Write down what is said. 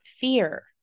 fear